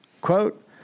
Quote